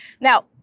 Now